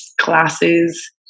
classes